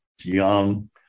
young